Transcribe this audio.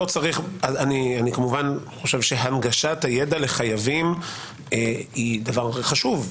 אני כמובן חושב שהנגשת הידע לחייבים הוא חשוב,